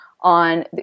on